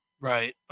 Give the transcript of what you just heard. Right